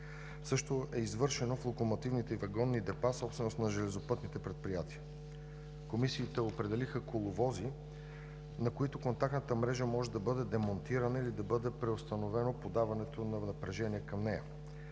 Същото е извършено в локомотивните и вагонните депа, собственост на железопътните предприятия. Комисиите определиха коловози, на които контактната мрежа може да бъде демонтирана или да бъде преустановено подаването на напрежение към нея.